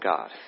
God